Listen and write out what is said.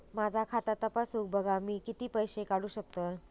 माझा खाता तपासून बघा मी किती पैशे काढू शकतय?